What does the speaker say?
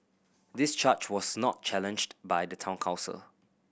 this charge was not challenged by the Town Council